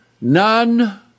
None